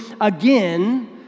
again